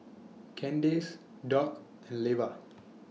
Candace Doug and Leva